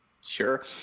Sure